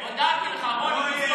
הודעתי לך, רון.